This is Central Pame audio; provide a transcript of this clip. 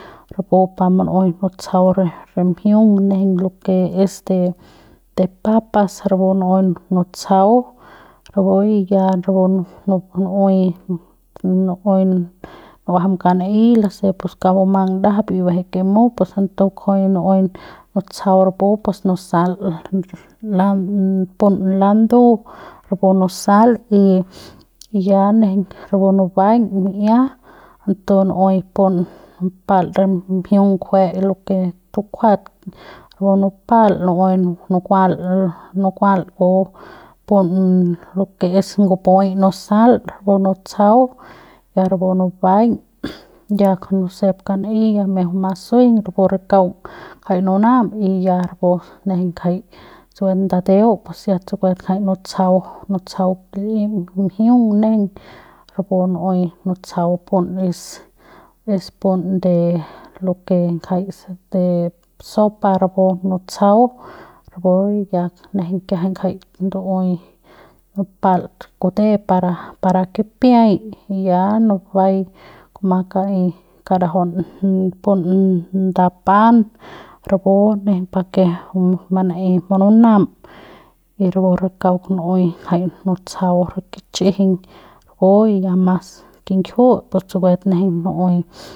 Rapu pa munu'uei nutsjau re mjiung nejeiñ lo ke es de papas rapu nu'uei nutsjau rapuy ya nu'uei nu'uei nu'uajam kauk naei nusep pus kauk ndajap lamang y si ba'eje ke mut entons kujui nu'uei nustjau rapu pus nusal lan pu landu rapu nusal y y ya nejeiñ rapu nubaiñ mi'ia ton nu'uei pun nupal re mjiung ngjue lo ke tukjuat rapu nupal nu'uei nukual nukual pu pun lo ke es ngp'ui nusal rapu nutsjau ya rapu nubaiñ ya nusep kauk naei ya miak bumang suejeiñ rapu re kauk ngjai nunam y ya pus nejeik ngjai tsukue ndateu pus ya tuskue ngjai nutsjau nutsjau kil'i mjiung nejeiñ rapu nu'uei nutsjau pun es pun de lo ke ngjai se pe sopa rapu nutsjau rapu ya nejei kiajai jai ndu'uei nupal kute para para kipiai y ya nubaiñ kuma kaei kadajaun pun nda pan rapu nejeiñ pa ke manaei mununam y rapu re kauk nu'uei ngjai nutsjau kich'ijiñ kupu y ya mas kingjiut tsukue nejeiñ nu'uei.